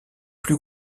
plus